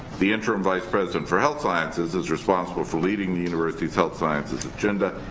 the interim vice president for health sciences is responsible for leading the university's health sciences agenda,